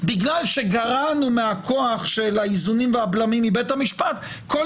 בגלל שגרענו מהכוח של האיזונים והבלמים מבית המשפט וכל